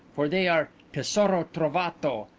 for they are tesoro trovato,